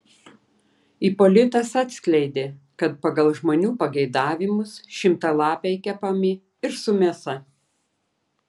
ipolitas atskleidė kad pagal žmonių pageidavimus šimtalapiai kepami ir su mėsa